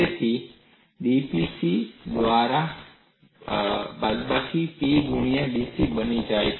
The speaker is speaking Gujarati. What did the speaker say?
તેથી dp સી દ્વારા બાદબાકી p ગુણ્યા dc બની જાય છે